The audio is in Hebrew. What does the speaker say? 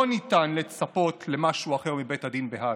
לא ניתן לצפות למשהו אחר מבית הדין בהאג.